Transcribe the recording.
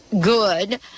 good